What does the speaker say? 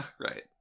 Right